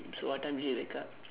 so what time did you wake up